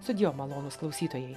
sudie malonūs klausytojai